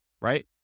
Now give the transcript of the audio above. right